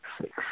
six